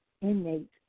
innate